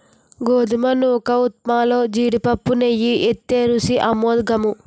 గోధుమ నూకఉప్మాలో జీడిపప్పు నెయ్యి ఏత్తే రుసి అమోఘము